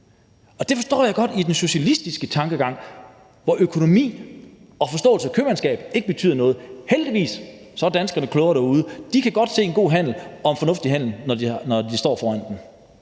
Det forstår jeg godt i den socialistiske tankegang, hvor økonomi og forståelse af købmandskab ikke betyder noget. Heldigvis er danskerne klogere derude. De kan godt se en god handel og en fornuftig handel, når de står foran den.